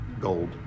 gold